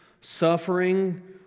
Suffering